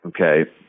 okay